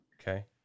okay